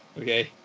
Okay